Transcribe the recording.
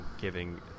giving